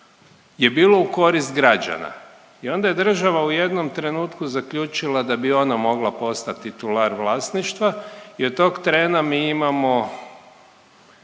je bilo u korist građana i onda je država u jednom trenutku zaključila da bi ona mogla postati titular vlasništva i od tog trena mi imamo,